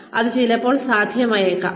അത് ചിലപ്പോൾ സാധ്യമായേക്കാം ആവാം